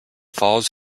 falls